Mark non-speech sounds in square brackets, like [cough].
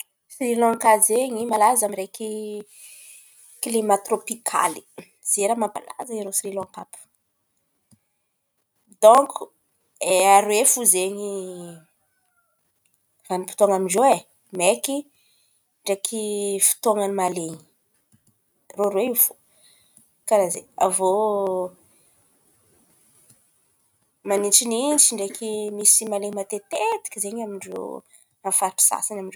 Sry Lanka zen̈y malaza amy raiky klimà tirôpikaly [hesitation] zen̈y raha mampalaza irô Sry Lanka àby io. Dônko ai aroe fo zen̈y vanim-potoan̈a amin-drô ai: maiky ndraiky fotoan̈a ny malen̈y, rô roe iô fo, karàha ze. Avô [hesitation] manintsinintsy ndraiky misy malen̈y matetitetiky zen̈y amin-drô amy faritry sasany amin-drô.